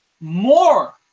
more